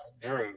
Drew